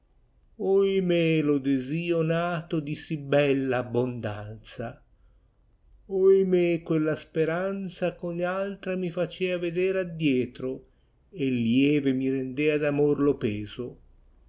stato oimè lo desio nato di sì bella abbondanza qlmè quella speranza gh ogn altra mi facea eder addietro lieve mi rendea d amor lo peso